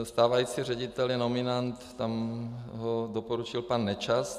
Stávající ředitel je nominant, tam ho doporučil pan Nečas.